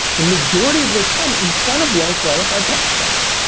the majority of their time in front of well-qualified prospects.